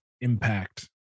impact